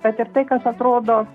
bet ir tai kas atrodo